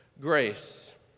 grace